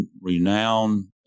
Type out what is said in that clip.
renowned